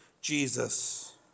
Jesus